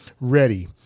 ready